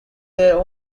their